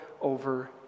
over